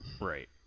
Right